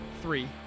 three